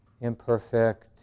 imperfect